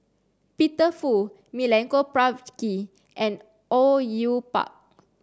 Peter Fu Milenko Prvacki and Au Yue Pak